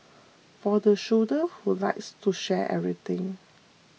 for the soldier who likes to share everything